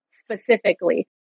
specifically